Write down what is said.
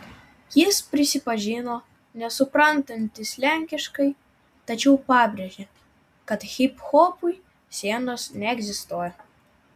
jis prisipažino nesuprantantis lenkiškai tačiau pabrėžė kad hiphopui sienos neegzistuoja